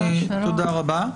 תודה רבה.